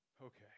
okay